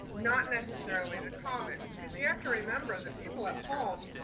not necessarily the comments, cause you have to remember the people at home.